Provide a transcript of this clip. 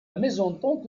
mésentente